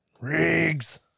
Riggs